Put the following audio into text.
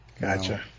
Gotcha